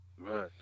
Right